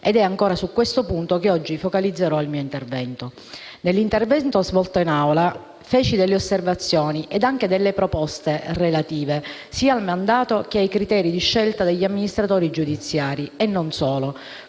ed è ancora su questo punto che oggi focalizzerò il mio intervento. Nell'intervento in Aula feci delle osservazioni ed anche delle proposte relative sia al mandato che ai criteri di scelta degli amministratori giudiziari e non solo,